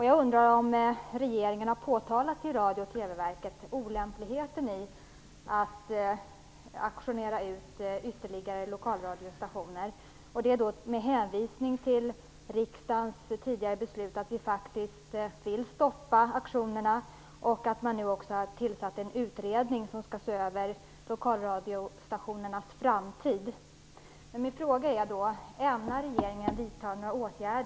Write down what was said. Jag undrar om regeringen har påtalat för Radiooch TV-verket olämpligheten i att auktionera ut ytterligare lokalradiostationer, med hänvisning till riksdagens tidigare beslut om att faktiskt stoppa auktionerna och det faktum att man har tillsatt en utredning som skall se över lokalradiostationernas framtid.